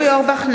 (קוראת בשמות חברי הכנסת) אורי אורבך,